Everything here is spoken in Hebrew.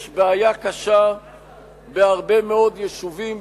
יש בעיה קשה בהרבה מאוד יישובים,